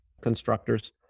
constructors